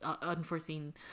unforeseen